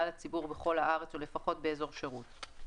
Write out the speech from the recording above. הציבור בכל הארץ או לפחות באזור שירות,